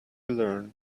learn